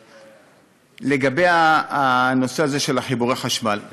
לגבי הנושא הזה של חיבורי החשמל,